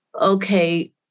okay